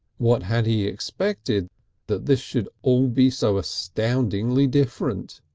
what had he expected that this should all be so astoundingly different.